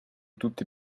tutti